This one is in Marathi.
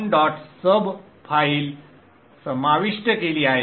sub फाइल समाविष्ट केली आहे